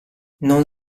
non